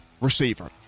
receiver